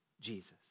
Jesus